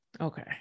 Okay